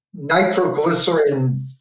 nitroglycerin